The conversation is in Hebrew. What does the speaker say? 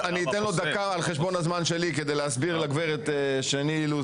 דקה על חשבון הזמן שלי כדי להסביר לגברת שני אילוז